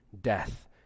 death